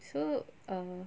so err